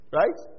right